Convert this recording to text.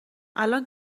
الان